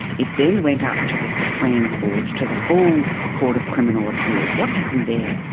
it then went up to the supreme court to the full court of criminal appeals. what happened there?